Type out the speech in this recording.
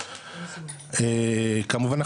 כמובן,